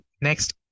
next